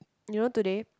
you know today